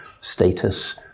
status